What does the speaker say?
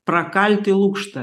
prakalti lukštą